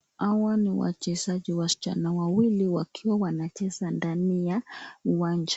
Hawa ni wachezaji wasichana wawili, wakiwa wanacheza ndani ya uwanja.